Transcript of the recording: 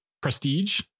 prestige